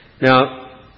Now